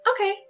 Okay